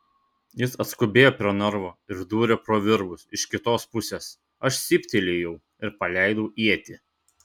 jis atskubėjo prie narvo ir dūrė pro virbus iš kitos pusės aš cyptelėjau ir paleidau ietį